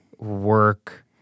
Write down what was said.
Work